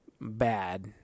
bad